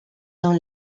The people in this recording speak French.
dans